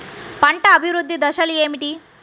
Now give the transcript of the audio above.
పంట అభివృద్ధి దశలు ఏమిటి?